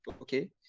okay